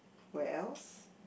where else